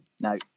No